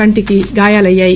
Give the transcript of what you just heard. కంటి గాయాలయ్యాయి